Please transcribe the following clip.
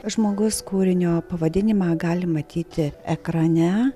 žmogus kūrinio pavadinimą gali matyti ekrane